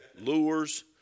lures